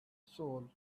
soul